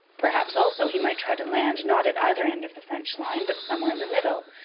perhaps, also, he might try to land, not at either end of the french line, but somewhere in the middle,